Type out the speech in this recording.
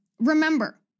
remember